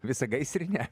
visą gaisrinę